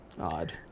odd